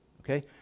Okay